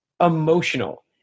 emotional